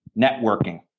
networking